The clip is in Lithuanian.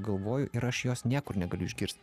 galvoju ir aš jos niekur negaliu išgirst